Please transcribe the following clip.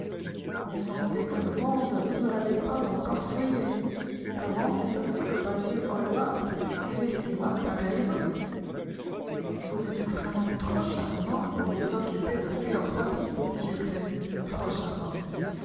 on sentait que le monde ne l'avait pas encore souillé gomment s'étonner que basil hallward l'estimât pareillement vous êtes vraiment trop charmant pour vous occuper de philanthropie monsieur gray trop charmant